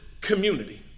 community